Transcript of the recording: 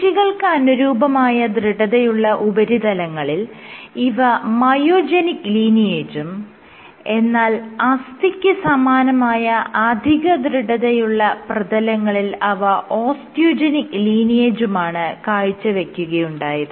പേശികൾക്ക് അനുരൂപമായ ദൃഢതയുള്ള ഉപരിതലങ്ങളിൽ ഇവ മയോജെനിക് ലീനിയേജും എന്നാൽ അസ്ഥിക്ക് സമാനമായ അധികദൃഢതയുള്ള പ്രതലങ്ങളിൽ അവ ഓസ്റ്റിയോജെനിക് ലീനിയേജുമാണ് കാഴ്ചവെക്കുകയുണ്ടായത്